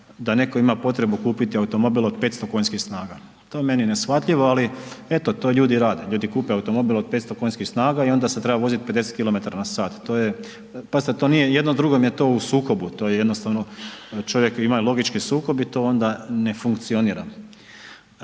da netko ima potrebu kupiti automobil od 500 KS, to je meni neshvatljivo, ali eto to ljudi rade, ljudi kupe automobil od 500 KS i onda sad treba voziti 50 km/h, to je, pazite to nije, jedno drugom je to u sukobu, to je jednostavno, čovjek ima logički sukob i to onda ne funkcionira,